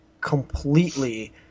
completely